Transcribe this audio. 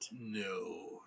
No